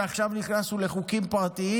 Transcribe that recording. ועכשיו נכנסנו לחוקים פרטיים,